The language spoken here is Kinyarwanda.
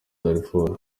darfur